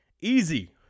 easy